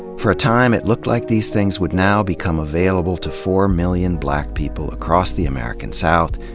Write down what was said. for a time, it looked like these things would now become available to four million black people across the american south,